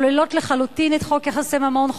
ושוללות לחלוטין את חוק יחסי ממון,